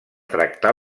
tractar